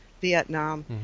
Vietnam